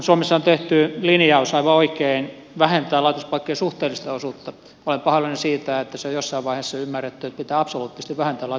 suomessa on tehty linjaus aivan oikein vähentää laitospaikkojen suhteellista osuutta mutta olen pahoillani siitä että se on jossain vaiheessa ymmärretty niin että pitää absoluuttisesti vähentää laitospaikkojen määrää